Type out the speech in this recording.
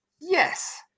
Yes